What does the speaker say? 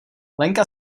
lenka